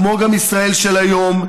כמו גם של ישראל של היום,